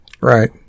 Right